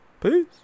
Peace